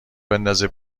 بندازه